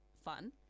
fun